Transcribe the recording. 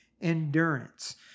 endurance